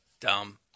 Dumb